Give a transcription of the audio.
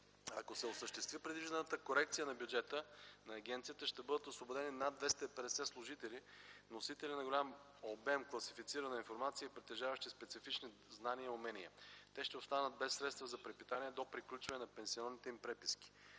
Ако се осъществи предвижданата корекция на бюджета на агенцията, ще бъдат освободени над 250 служители, носители на голям обем класифицирана информация и притежаващи специфични знания и умения. Те ще останат без средства за препитание до приключване на пенсионните им преписки